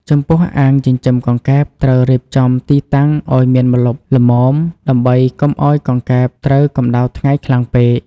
ចំពោះអាងចិញ្ចឹមកង្កែបត្រូវរៀបចំទីតាំងឲ្យមានម្លប់ល្មម ដើម្បីកុំឲ្យកង្កែបត្រូវកម្ដៅថ្ងៃខ្លាំងពេក។